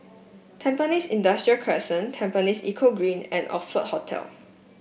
Tampines Industrial Crescent Tampines Eco Green and Oxford Hotel